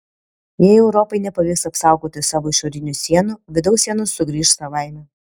jei europai nepavyks apsaugoti savo išorinių sienų vidaus sienos sugrįš savaime